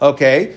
Okay